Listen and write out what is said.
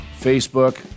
Facebook